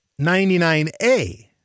99A